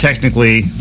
Technically